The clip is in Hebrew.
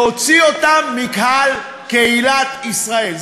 להוציא אותם מכלל קהילת ישראל.